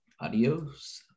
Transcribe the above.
Adios